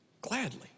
gladly